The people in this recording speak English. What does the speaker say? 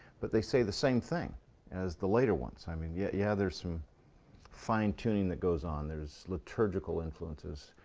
but they say the same thing as the later ones. i mean yeah yeah there's some fine-tuning that goes on. there's liturgical influences.